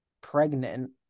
pregnant